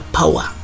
power